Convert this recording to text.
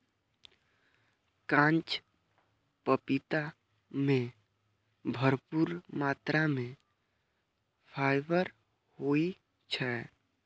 कांच पपीता मे भरपूर मात्रा मे फाइबर होइ छै